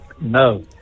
No